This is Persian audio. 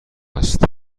است